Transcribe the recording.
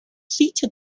seated